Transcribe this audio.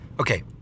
Okay